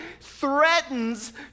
threatens